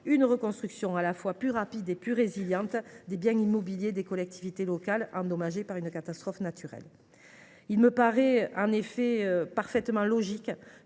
une reconstruction à la fois plus rapide et plus résiliente des biens immobiliers des collectivités territoriales endommagés par une catastrophe naturelle. Cette logique